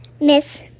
Miss